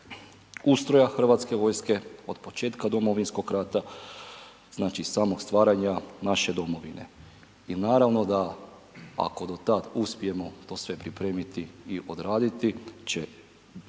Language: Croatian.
ustroja HV-a, od početka Domovinskog rata, znači i samog stvaranja naše domovine. I naravno da ako do tad uspijemo to sve pripremiti i odraditi će